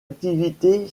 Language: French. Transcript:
activité